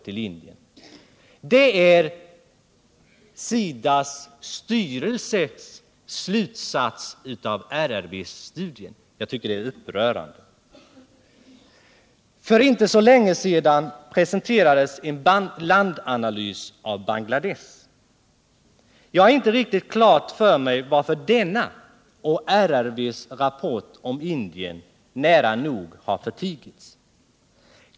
Det är den slutsats SIDA:s styrelse drar av RRV-studien. Jag tycker det är upprörande. För inte så länge sedan presenterades en landanalys av Bangladesh. Jag har inte riktigt klart för mig varför denna och RRV:s rapport om Indien nära nog har förtigits.